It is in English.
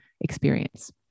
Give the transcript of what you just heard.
experience